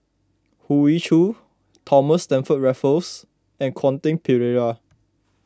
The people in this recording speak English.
Hoey Choo Thomas Stamford Raffles and Quentin Pereira